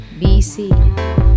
BC